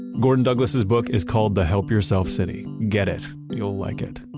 gordon douglas, his book is called the help-yourself city. get it. you'll like it